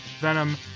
Venom